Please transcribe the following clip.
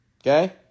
Okay